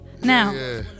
Now